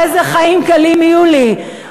איזה חיים קלים יהיו לי.